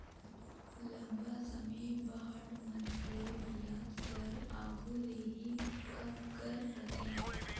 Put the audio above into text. लंबा समे बांड मन के बियाज दर आघु ले ही पक्का कर रथें